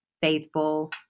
faithful